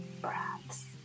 breaths